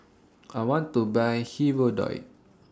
I want to Buy Hirudoid